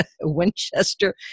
Winchester